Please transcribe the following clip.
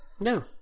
No